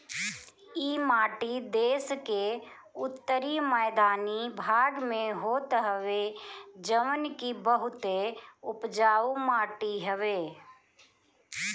इ माटी देस के उत्तरी मैदानी भाग में होत हवे जवन की बहुते उपजाऊ माटी हवे